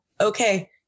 okay